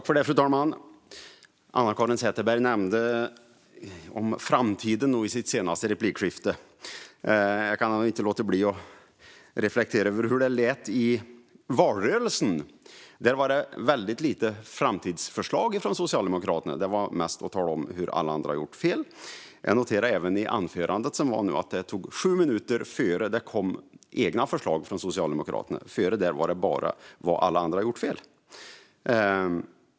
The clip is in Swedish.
Fru talman! Anna-Caren Sätherberg nämnde framtiden i förra replikskifte. Jag kan inte låta bli att reflektera över hur det lät i valrörelsen. Där var det väldigt lite framtidsförslag från Socialdemokraterna. Det handlade mest om att tala om hur alla andra har gjort fel. Jag noterade även att det tog sju minuter innan ledamoten i sitt anförande kom med förslag från Socialdemokraterna. Innan det handlade det bara om vad alla andra har gjort fel.